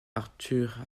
arthur